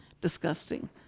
disgusting